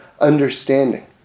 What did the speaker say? understanding